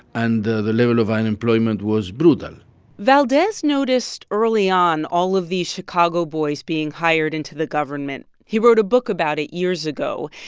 and the the level of unemployment was brutal valdes noticed early on all of these chicago boys being hired into the government. he wrote a book about it years ago.